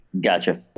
gotcha